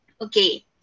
Okay